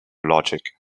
logic